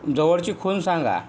जवळची खूण सांगा